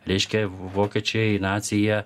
reiškia vokiečiai naciai jie